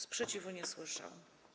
Sprzeciwu nie słyszę.